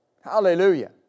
Hallelujah